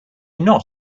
not